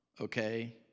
okay